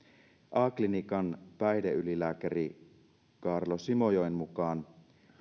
a klinikan päihdeylilääkäri kaarlo simojoen mukaan